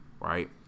right